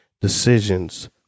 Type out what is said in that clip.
decisions